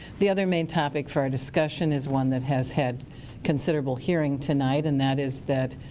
the other main topic for our discussion is one that has had considerable hearing tonight and that is that,